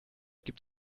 gibt